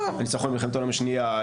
הניצחון במלחמת העולם השנייה,